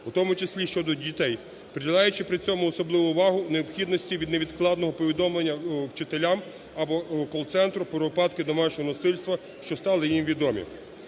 в тому числі щодо дітей. Приділяючи при цьому особливу увагу в необхідності від невідкладного повідомлення вчителям або колл-центру про випадки домашнього насильства, що стали їм відомі.